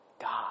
God